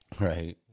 Right